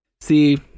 See